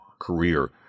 career